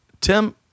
Tim